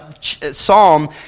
psalm